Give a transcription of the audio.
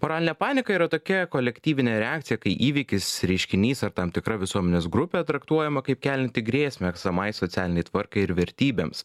moralinė panika yra tokia kolektyvinė reakcija kai įvykis reiškinys ar tam tikra visuomenės grupė traktuojama kaip kelianti grėsmę esamai socialinei tvarkai ir vertybėms